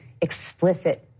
explicit